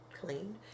clean